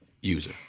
user